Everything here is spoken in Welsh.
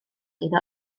iddo